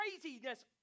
craziness